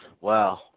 Wow